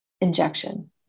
injection